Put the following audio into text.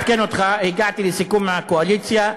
לעדכן אותך: הגעתי לסיכום עם הקואליציה,